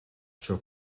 ciò